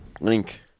link